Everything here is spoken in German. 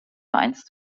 vereins